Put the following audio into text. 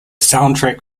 soundtrack